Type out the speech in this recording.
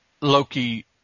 Loki